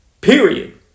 Period